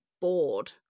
bored